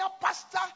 pastor